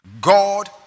God